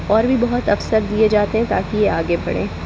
और भी बहुत अवसर दिए जाते हैं ताकि ये आगे बढ़ें